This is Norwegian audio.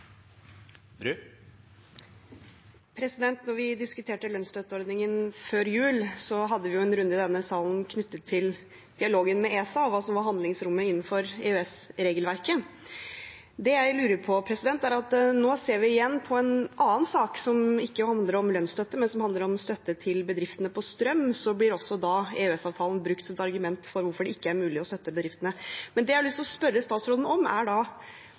vi diskuterte lønnsstøtteordningen før jul, hadde vi en runde i denne salen knyttet til dialogen med ESA og hva som var handlingsrommet innenfor EØS-regelverket. Det jeg lurer på, er: Nå ser vi igjen – på en annen sak, som ikke handler om lønnsstøtte, men som handler om støtte til bedriftene til strøm – at EØS-avtalen blir brukt som et argument for hvorfor det ikke er mulig å støtte bedriftene. Da har jeg lyst til å spørre statsråden: Hva slags dialog er